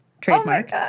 trademark